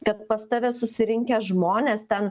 kad pas tave susirinkę žmonės ten